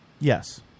Yes